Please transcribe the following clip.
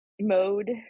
mode